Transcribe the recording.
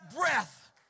breath